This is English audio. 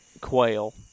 quail